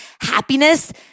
happiness